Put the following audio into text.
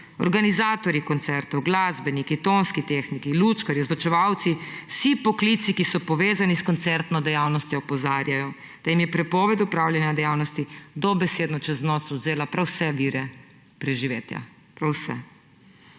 Organizatorji koncertov, glasbeniki, tonski tehniki, lučkarji, ozvočevalci, vsi poklici, ki so povezani s koncertno dejavnostjo, opozarjajo, da jim je prepoved opravljanja dejavnosti dobesedno čez noč vzela prav vse vire preživetja. Prav vse.